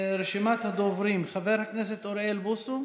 רשימת הדוברים: חבר הכנסת אוריאל בוסו,